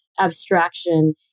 abstraction